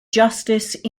justice